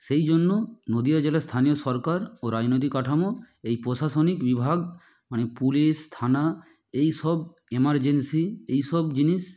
সেই জন্য নদিয়া জেলার স্থানীয় সরকার ও রাজনৈতিক কাঠামো এই প্রশাসনিক বিভাগ মানে পুলিশ থানা এইসব এমার্জেন্সি এইসব জিনিস